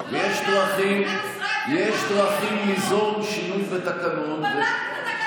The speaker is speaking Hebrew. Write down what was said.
מה יש לי לשבת פה?